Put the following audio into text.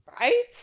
Right